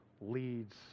leads